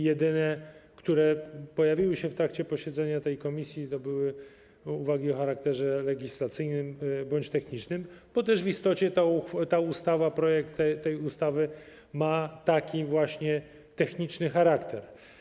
Jedyne uwagi, które pojawiły się w trakcie posiedzenia tej komisji, to uwagi o charakterze legislacyjnym bądź technicznym - bo też w istocie projekt tej ustawy ma taki właśnie techniczny charakter.